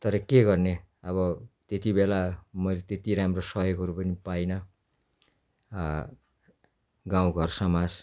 तर के गर्ने अब त्यतिबेला मैले त्यति राम्रो सहयोगहरू पनि पाइनँ गाउँ घर समाज